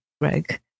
Greg